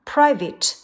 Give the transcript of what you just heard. Private